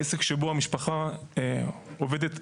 העסק שבו המשפחה עובדת,